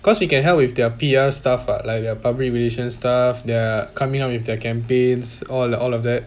'cause you can help with their pr stuff what but like their public relation stuff they are coming out with their campaigns all all of that